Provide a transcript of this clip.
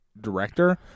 director